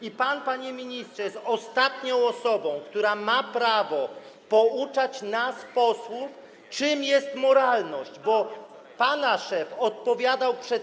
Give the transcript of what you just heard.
I pan, panie ministrze, jest ostatnią osobą, która ma prawo pouczać nas, posłów, czym jest moralność, bo pana szef odpowiadał przed.